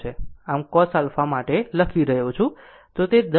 આમ cos α માટે લખી રહ્યો છું તે 10 13